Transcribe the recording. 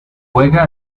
juega